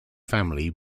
family